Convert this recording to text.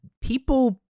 people